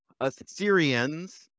Assyrians